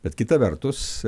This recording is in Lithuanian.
bet kita vertus